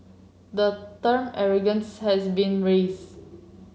the term arrogance has been raised